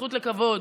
הזכות לכבוד.